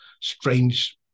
strange